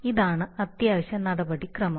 ഇതാണ് അത്യാവശ്യ നടപടിക്രമം